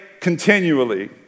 continually